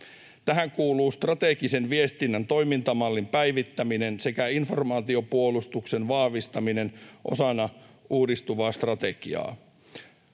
Tähän kuuluu strategisen viestinnän toimintamallin päivittäminen sekä informaatiopuolustuksen vahvistaminen osana uudistuvaa strategiaa.